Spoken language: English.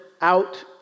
out